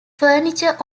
furniture